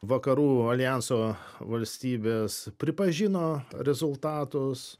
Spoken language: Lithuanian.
vakarų aljanso valstybės pripažino rezultatus